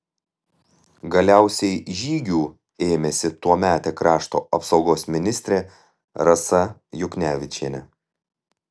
galiausiai žygių ėmėsi tuometė krašto apsaugos ministrė rasa juknevičienė